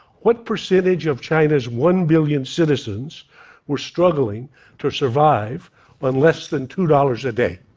what percentage of china's one billion citizens were struggling to survive on less than two dollars a day?